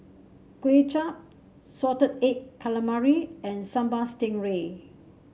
Kway Chap Salted Egg Calamari and Sambal Stingray